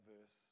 verse